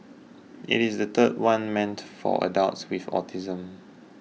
it is the third one meant for adults with autism